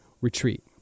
retreat